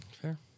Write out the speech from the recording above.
Fair